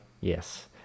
Yes